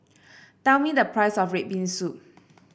tell me the price of red bean soup